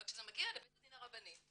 אבל כשזה מגיע לבית הדין הרבני,